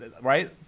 Right